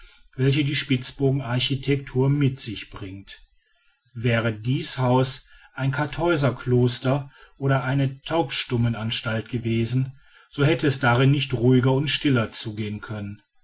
welche die spitzbogen architektur mit sich bringt wäre dies haus ein karthäuser kloster oder eine taubstummenanstalt gewesen so hätte es darin nicht ruhiger und stiller zugehen können